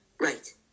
right